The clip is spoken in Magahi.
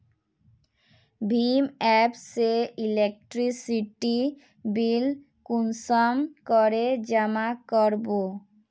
भीम एप से इलेक्ट्रिसिटी बिल कुंसम करे जमा कर बो?